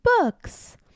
books